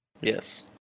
Yes